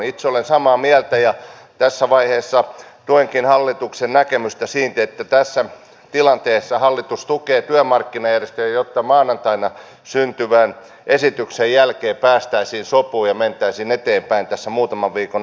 itse olen samaa mieltä ja tässä vaiheessa tuenkin hallituksen näkemystä siitä että tässä tilanteessa hallitus tukee työmarkkinajärjestöjä jotta maanantaina syntyneen esityksen jälkeen päästäisiin sopuun ja mentäisiin eteenpäin tässä muutaman viikon aikana